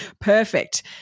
Perfect